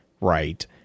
right